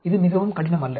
இது மிகவும் கடினம் அல்ல